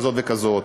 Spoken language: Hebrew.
כזאת וכזאת,